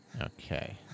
Okay